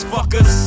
Fuckers